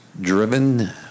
driven